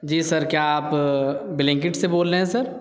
جی sir کیا آپ بلنک اٹ سے بول رہے ہیں سر